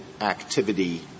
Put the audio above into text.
activity